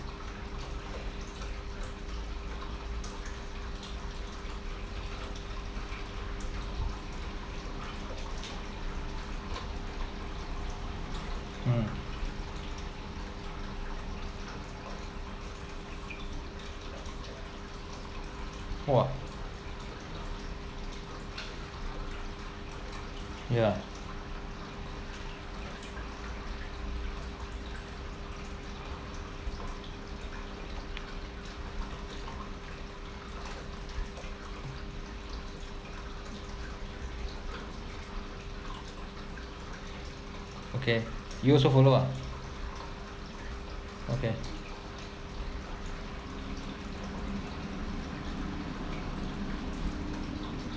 mm !whoa! ya okay you also follow ah okay